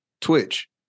twitch